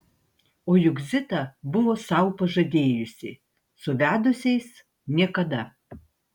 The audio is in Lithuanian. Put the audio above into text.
o juk zita buvo sau pažadėjusi su vedusiais niekada